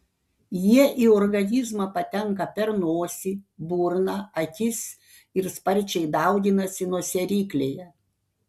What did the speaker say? jie į organizmą patenka per nosį burną akis ir sparčiai dauginasi nosiaryklėje